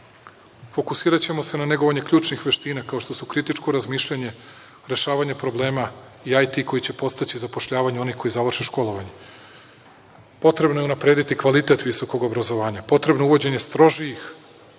regionu. Fokusiraćemo se na negovanje ključnih veština, kao što su kritičko razmišljanje, rešavanje problema i IT koji će podstaći zapošljavanje onih koji završe školovanje. Potrebno je unaprediti kvalitet visokog obrazovanja, potrebno je uvođenje strožijih,